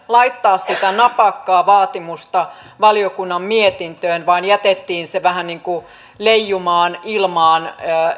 laittaa sitä napakkaa vaatimusta valiokunnan mietintöön vaan jätettiin se vähän niin kuin leijumaan ilmaan